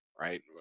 Right